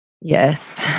yes